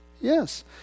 Yes